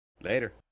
Later